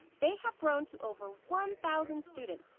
they have grown to over one thousand students,